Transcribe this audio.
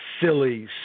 Silly